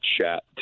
chat